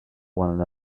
one